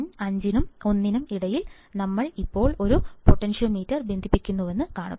pins 5 നും 1 നും ഇടയിൽ ഞങ്ങൾ ഇപ്പോൾ ഒരു പൊട്ടൻഷ്യോമീറ്റർ ബന്ധിപ്പിക്കുന്നുവെന്ന് കാണുക